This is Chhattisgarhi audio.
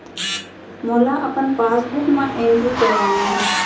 मोला अपन पासबुक म एंट्री करवाना हे?